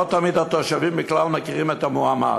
לא תמיד התושבים בכלל מכירים את המועמד.